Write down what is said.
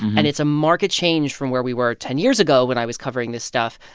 and it's a marked change from where we were ten years ago when i was covering this stuff,